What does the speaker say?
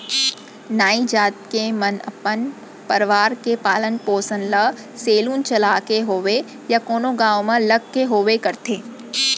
नाई जात के मन अपन परवार के पालन पोसन ल सेलून चलाके होवय या कोनो गाँव म लग के होवय करथे